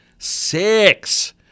Six